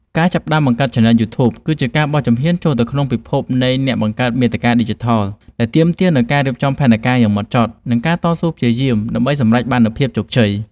ការចាប់ផ្តើមបង្កើតឆានែលយូធូប គឺជាការបោះជំហានចូលទៅក្នុងពិភពនៃអ្នកបង្កើតមាតិកាឌីជីថល ដែលទាមទារនូវការរៀបចំផែនការយ៉ាងហ្មត់ចត់ និងការតស៊ូព្យាយាមដើម្បីសម្រេចបាននូវភាពជោគជ័យ។